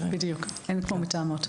אין טענות.